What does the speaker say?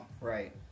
right